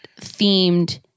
themed